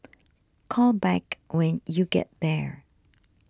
call back when you get there